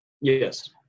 Yes